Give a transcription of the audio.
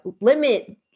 limit